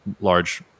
large